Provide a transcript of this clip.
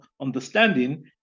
understanding